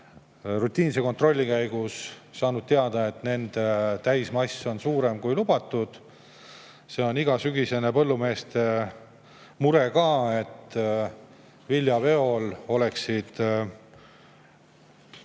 rutiinse kontrolli käigus saanud teada, et nende täismass on suurem, kui lubatud. See on ka igasügisene põllumeeste mure, et viljaveol oleksid